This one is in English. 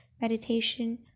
meditation